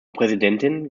präsidentin